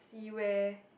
see where